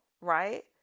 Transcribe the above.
right